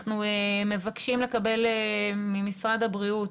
אנחנו מבקשים לקבל ממשרד הבריאות